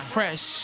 Fresh